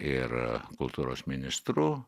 ir kultūros ministru